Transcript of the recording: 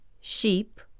sheep